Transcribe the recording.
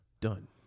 Done